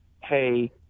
Hey